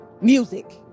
music